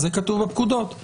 זה כתוב בפקודות.